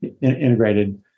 integrated